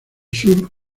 sur